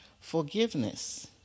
Forgiveness